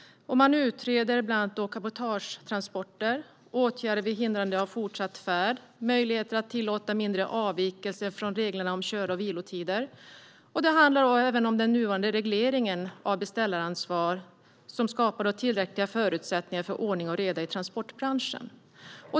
Man utreder bland annat cabotagetransporter, åtgärder vid hindrande av fortsatt färd och möjligheten att tillåta mindre avvikelser från reglerna om kör och vilotider. Det handlar även om huruvida den nuvarande regleringen av beställaransvar skapar tillräckliga förutsättningar för ordning och reda i transportbranschen.